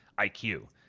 IQ